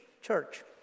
church